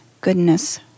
goodness